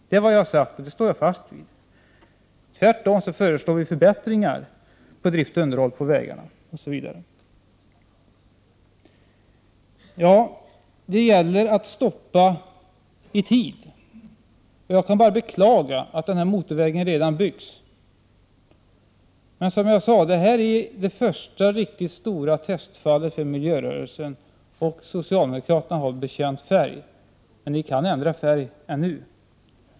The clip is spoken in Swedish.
Det är vad jag har sagt, och det står jag fast vid. Tvärtom föreslår vi förbättringar när det gäller drift och underhåll av vägar osv. Ja, det gäller att stoppa i tid, och jag kan bara beklaga att den här motorvägen redan byggs. Detta är, som jag sade tidigare, det första riktigt stora testfallet för miljörörelsen. Och socialdemokraterna har bekänt färg, men ni kan ändra färg ännu.